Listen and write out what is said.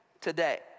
today